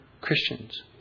Christians